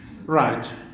Right